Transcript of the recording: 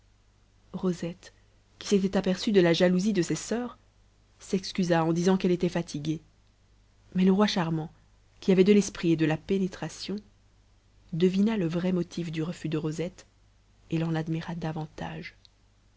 rosette qui s'était aperçue de la jalousie de ses soeurs s'excusa en disant qu'elle était fatiguée mais le roi charmant qui avait de l'esprit et de la pénétration devina le vrai motif du refus de rosette et l'en admira davantage